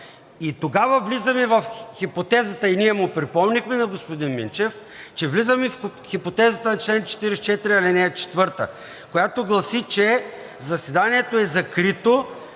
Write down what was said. И тогава влизаме в хипотезата, и ние му припомнихме на господин Минчев, че влизаме в хипотезата на чл. 44, ал. 4, която гласи, че заседанието е закрито